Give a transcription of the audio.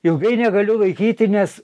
ilgai negaliu laikyti nes